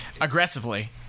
aggressively